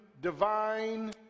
divine